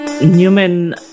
Newman